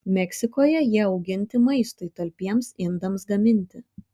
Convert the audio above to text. meksikoje jie auginti maistui talpiems indams gaminti